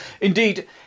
Indeed